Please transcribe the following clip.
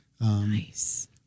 Nice